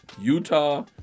Utah